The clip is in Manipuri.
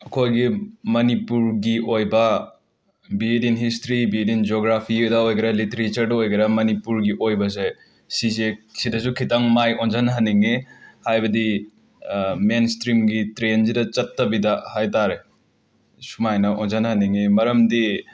ꯑꯩꯈꯣꯏꯒꯤ ꯃꯅꯤꯄꯨꯔꯒꯤ ꯑꯣꯏꯕ be it in history be it in ꯖꯣꯒ꯭ꯔꯥꯐꯤꯗ ꯑꯣꯏꯒꯦꯔꯥ ꯂꯤꯇ꯭ꯔꯦꯆꯔꯗ ꯑꯣꯏꯒꯦꯔꯥ ꯃꯅꯤꯄꯨꯔꯒꯤ ꯑꯣꯏꯕꯁꯦ ꯁꯤꯁꯦ ꯁꯤꯗꯁꯨ ꯈꯤꯇꯪ ꯃꯥꯏ ꯑꯣꯟꯁꯤꯟꯍꯟꯅꯤꯡꯏ ꯍꯥꯏꯕꯗꯤ ꯃꯦꯟꯁ꯭ꯇ꯭ꯔꯤꯝꯒꯤ ꯇ꯭ꯔꯦꯟꯁꯤꯗ ꯆꯠꯇꯕꯤꯗ ꯍꯥꯏ ꯇꯥꯔꯦ ꯁꯨꯃꯥꯏꯅ ꯑꯣꯟꯁꯤꯟꯍꯟꯅꯤꯡꯏ ꯃꯔꯝꯗꯤ